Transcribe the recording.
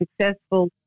successful